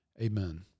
Amen